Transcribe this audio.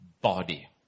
body